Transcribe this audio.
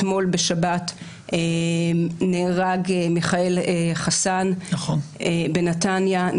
אתמול, בשבת, נהרג מיכאל חסן בנתניה.